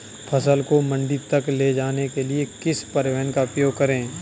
फसल को मंडी तक ले जाने के लिए किस परिवहन का उपयोग करें?